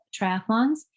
triathlons